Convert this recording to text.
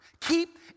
keep